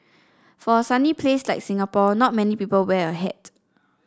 for a sunny place like Singapore not many people wear a hat